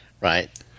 Right